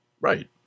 Right